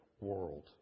world